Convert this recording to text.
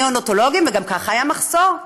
וגם ככה היה מחסור,